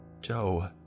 Joe